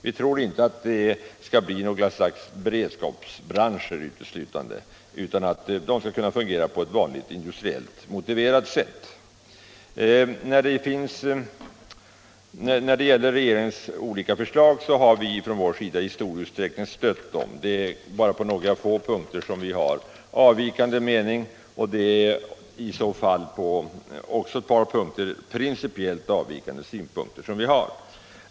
De behöver inte uteslutande bli något slags beredskapsbranscher, utan de skall kunna fungera på vanligt industriellt motiverat sätt. När det gäller regeringens olika förslag kan jag säga att vi från vår sida i stor utsträckning har stött dessa. Det är bara på några få punkter som vi har avvikande mening. Principiellt avvikande synpunkter före ligger också i ett par fall.